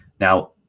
Now